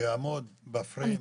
שיעמוד בפריים.